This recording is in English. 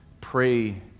pray